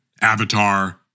Avatar